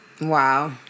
Wow